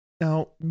Now